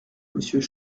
monsieur